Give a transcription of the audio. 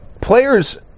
players